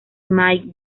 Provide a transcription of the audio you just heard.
mike